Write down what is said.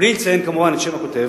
בלי לציין כמובן את שם הכותב.